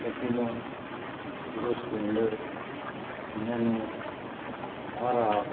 Fascino Hero Splendor Nano aura